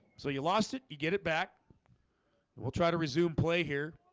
so you lost it you get it back we'll try to resume play here